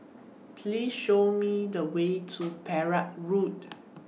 Please Show Me The Way to Perak Road